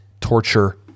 Torture